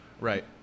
Right